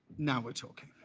now we're talking.